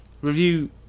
review